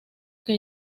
que